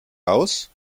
aus